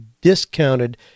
discounted